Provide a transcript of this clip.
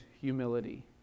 humility